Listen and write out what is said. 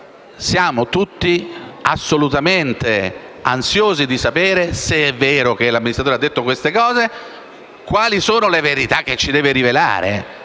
Siamo tutti assolutamente ansiosi di sapere se è vero che l'amministratore ha detto certe cose e quali sono le verità che ci deve rivelare.